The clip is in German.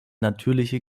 natürliche